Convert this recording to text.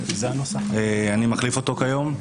אני מחליף אותו היום.